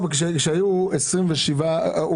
קיימות ועדות היגוי משותפות לרשויות